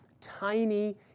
tiny